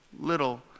little